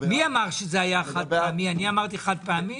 אני אמרתי חד פעמי?